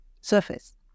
surface